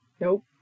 nope